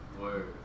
Word